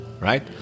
right